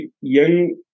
young